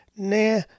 Nah